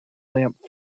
lamp